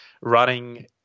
running